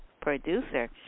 Producer